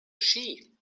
ski